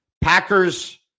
Packers